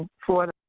for